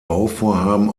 bauvorhaben